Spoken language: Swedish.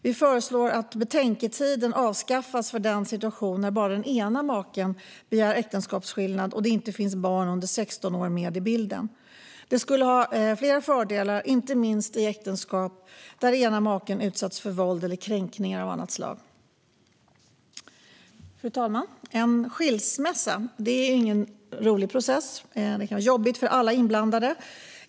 Vi föreslår därför att betänketiden avskaffas för den situation när bara den ena maken begär äktenskapsskillnad och det inte finns barn under 16 år med i bilden. Detta skulle ha flera fördelar, inte minst i äktenskap där den ena maken utsatts för våld eller kränkningar av annat slag. Fru talman! En skilsmässa är ingen rolig process. Det kan vara jobbigt för alla inblandade.